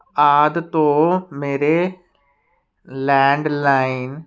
ਆਦਿ ਤੋਂ ਮੇਰੇ ਲੈਂਡਲਾਈਨ